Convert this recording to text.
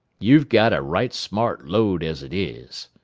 you've got a right smart load as it is,